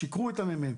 שיקרו לממ"מ.